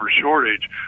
shortage